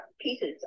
pieces